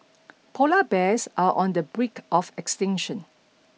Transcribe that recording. polar bears are on the break of extinction